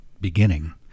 beginning